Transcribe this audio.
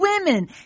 women